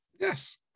Yes